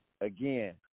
again